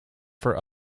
for